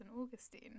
Augustine